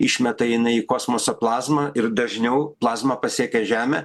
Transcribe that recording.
išmeta jinai į kosmosą plazmą ir dažniau plazma pasiekia žemę